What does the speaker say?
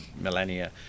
millennia